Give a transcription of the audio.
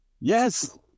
yes